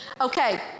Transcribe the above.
Okay